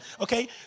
okay